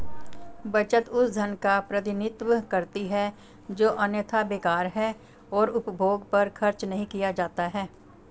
बचत उस धन का प्रतिनिधित्व करती है जो अन्यथा बेकार है और उपभोग पर खर्च नहीं किया जाता है